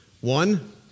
One